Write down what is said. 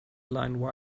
line